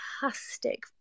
fantastic